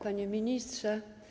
Panie Ministrze!